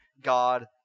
God